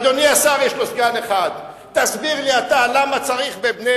אדוני השר, יש לו סגן אחד.